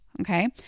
Okay